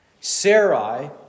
Sarai